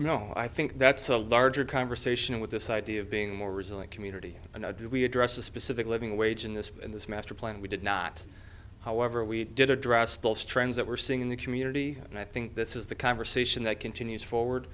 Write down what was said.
know i think that's a larger conversation with this idea of being more resilient community and how do we address the specific living wage in this in this masterplan we did not however we did address those trends that we're seeing in the community and i think this is the conversation that continues forward